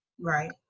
Right